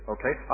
Okay